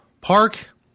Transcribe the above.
Park